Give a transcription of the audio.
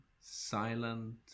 silent